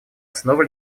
основа